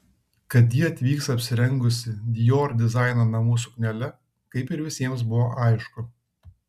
kad ji atvyks apsirengusi dior dizaino namų suknele kaip ir visiems buvo aišku